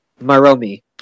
Maromi